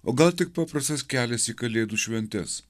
o gal tik paprastas kelias į kalėdų šventes